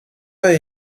pas